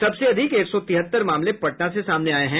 सबसे अधिक एक सौ तिहत्तर मामले पटना से सामने आये हैं